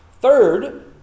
Third